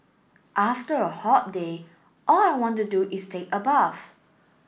after a hot day all I want to do is take a bath